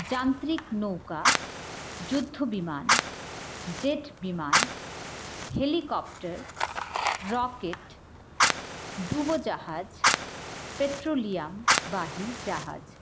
যান্ত্রিক নৌকা যুদ্ধ বিমান জেট বিমান হেলিকপ্টার রকেট ডুবো জাহাজ পেট্রোলিয়ামবাহী জাহাজ